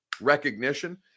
recognition